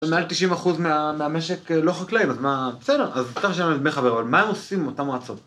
זה מעל 90% מהמשק לא חקלאי, אז מה, בסדר, אז צריך שיהיה להם הרבה חבר'ה, אבל מה הם עושים עם אותן מרצות?